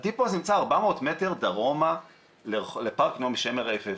הדיפו הזה נמצא 400 מטר דרומה לפארק נעמי שמר היפהפה.